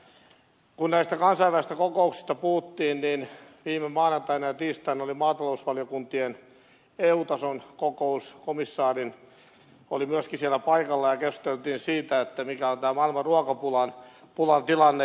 kun näistä kansainvälisistä kokouksista puhuttiin niin viime maanantaina ja tiistaina oli maatalousvaliokuntien eu tason kokous komissaari oli myöskin siellä paikalla ja keskusteltiin siitä mikä on tämä maailman ruokapulan tilanne